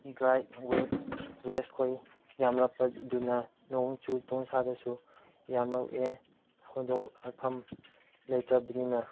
dry waste ꯈꯣꯏ ꯌꯥꯝꯂꯛꯄꯗꯨꯅ ꯅꯣꯡꯆꯨ ꯅꯨꯡꯁꯥꯗꯁꯨ ꯌꯥꯝꯂꯛꯑꯦ ꯍꯨꯟꯗꯣꯛꯂꯛꯐꯝ ꯂꯩꯇ꯭ꯔꯕꯅꯤꯅ